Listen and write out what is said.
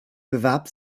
bewarb